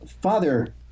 father